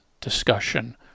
discussion